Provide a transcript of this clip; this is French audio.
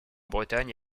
bretagne